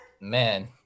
man